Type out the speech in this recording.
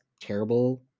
terrible